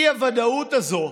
האי-ודאות הזאת,